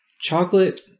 Chocolate